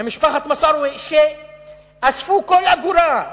במשפחת מסארווה, שאספו כל אגורה,